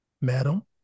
madam